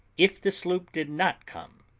if the sloop did not come,